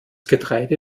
getreide